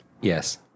Yes